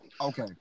Okay